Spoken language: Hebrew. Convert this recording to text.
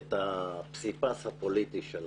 את הפסיפס הפוליטי שלנו,